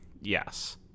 Yes